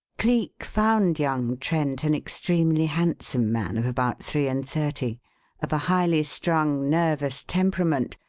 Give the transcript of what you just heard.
cleek found young trent an extremely handsome man of about three-and-thirty of a highly strung, nervous temperament,